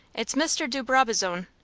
it's mr. de brabazon.